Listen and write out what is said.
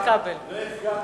לא אפגע בכבודו.